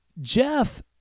Jeff